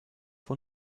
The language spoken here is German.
von